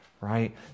right